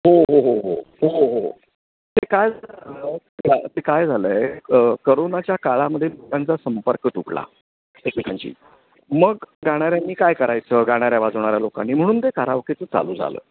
हो हो हो हो हो हो ते काय झालं ते काय झालं आहे करोनाच्या काळामध्ये लोकांचा संपर्क तुटला एकमेकांशी मग गाण्याऱ्यांनी काय करायचं गाणाऱ्या वाजवणाऱ्या लोकांनी म्हणून ते कारावकेचं चालू झालं